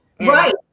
Right